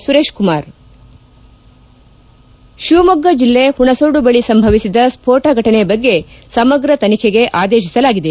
ಸುರೇಶ್ ಕುಮಾರ್ ಶಿವಮೊಗ್ಗ ಜಿಲ್ಲೆ ಹುಣಸೋಡು ಬಳಿ ಸಂಭವಿಸಿದ ಸ್ಕೋಟ ಫಟನೆ ಬಗ್ಗೆ ಸಮಗ್ರ ತನಿಖೆಗೆ ಆದೇಶಿಸಲಾಗಿದೆ